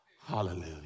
Hallelujah